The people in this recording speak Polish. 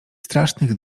strasznych